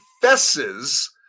confesses